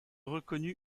reconnu